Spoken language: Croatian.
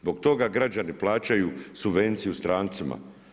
Zbog toga građani plaćaju subvenciju strancima.